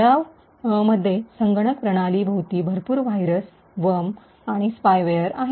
सराव मध्ये संगणक प्रणाली भोवती भरपूर व्हायरस वर्म्स आणि स्पायवेअर आहेत